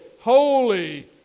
holy